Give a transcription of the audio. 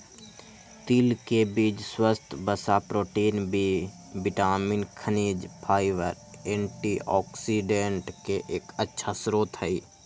तिल के बीज स्वस्थ वसा, प्रोटीन, बी विटामिन, खनिज, फाइबर, एंटीऑक्सिडेंट के एक अच्छा स्रोत हई